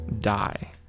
die